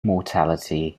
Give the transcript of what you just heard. mortality